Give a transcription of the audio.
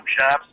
shops